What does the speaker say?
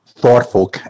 thoughtful